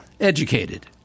Educated